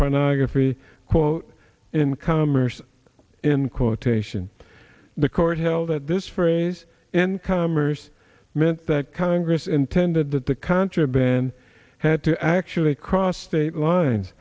pornography quote incomers in quotation the court held that this phrase incomers meant that congress intended that the contraband had to actually cross state lines